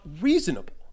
reasonable